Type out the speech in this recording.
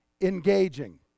engaging